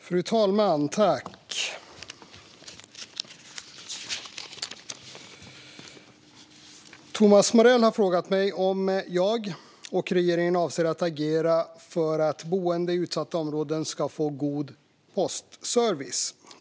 Fru talman! Thomas Morell har frågat mig om jag och regeringen avser att agera för att boende i utsatta områden ska få en god postservice.